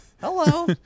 Hello